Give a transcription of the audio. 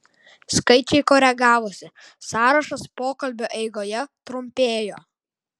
skaičiai koregavosi sąrašas pokalbio eigoje trumpėjo